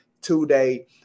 two-day